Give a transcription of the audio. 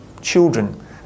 children